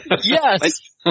Yes